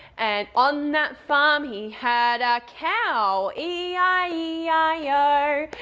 and on that farm he had a cow e i e i o.